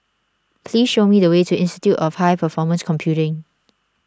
please show me the way to Institute of High Performance Computing